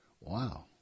Wow